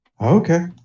Okay